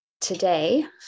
today